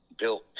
built